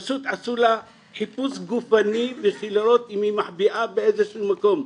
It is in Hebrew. פשוט עשו לה חיפוש גופני בשביל לראות אם היא מחביאה באיזה שהוא מקום.